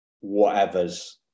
whatever's